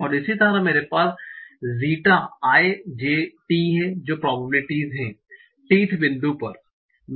और इसी तरह मेरे पास zeta i j t है जो प्रोबेबिलिटी है t th बिंदु पर